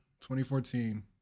2014